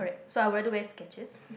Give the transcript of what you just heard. so I rather wear Skechers